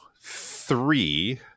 three